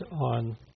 on